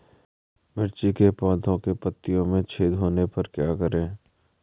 मिर्ची के पौधों के पत्तियों में छेद होने पर क्या करें?